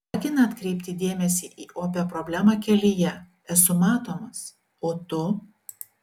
ragina atkreipti dėmesį į opią problemą kelyje esu matomas o tu